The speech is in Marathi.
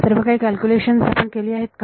सर्व काही कॅलक्युलेशन्स आपण केली आहेत का